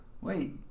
Wait